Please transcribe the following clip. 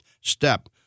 step